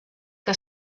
que